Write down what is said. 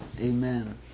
Amen